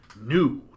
new